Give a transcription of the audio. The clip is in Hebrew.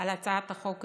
על הצעת החוק הזאת,